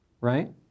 right